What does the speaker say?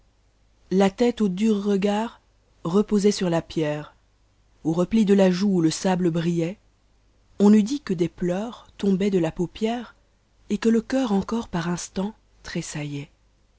la tête au dur regard rcposatt sur lu p ertt aux replis de la joue o le same brutait on e t dit que des pleurs tombaient do lu paupière et que le cœur encor par instants